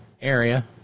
area